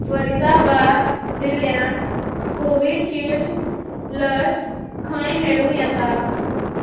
फरिदाबाद जिल्ल्यांत कोविडशिल्ड लस खंय मेळूं येता